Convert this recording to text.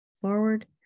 forward